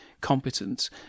competent